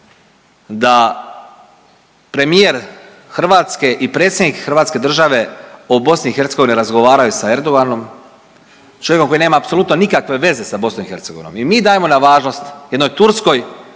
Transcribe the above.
da premijer Hrvatske i predsjednik Hrvatske države o Bosni i Hercegovini razgovaraju sa Erdoganom, čovjekom koji nema apsolutno nikakve veze sa Bosnom i Hercegovinom. I mi dajemo na važnost jednoj Turskoj